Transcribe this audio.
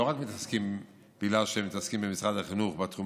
לא רק בגלל שהם מתעסקים במשרד החינוך בתחום